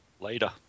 later